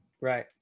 Right